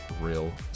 real